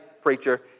preacher